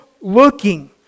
looking